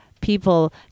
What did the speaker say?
people